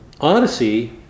Odyssey